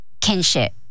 kinship